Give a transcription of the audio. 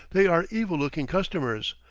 they are evil-looking customers,